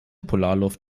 polarluft